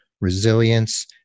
resilience